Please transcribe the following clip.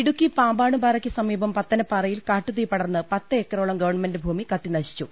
ഇടുക്കി പാമ്പാടുംപാറക്ക് സമീപം പത്തനപ്പാറയിൽ കാട്ടുതീ പടർന്ന് പത്ത് ഏക്കറോളം ഗവൺമെന്റ് ഭൂമി കത്തി നശിച്ചു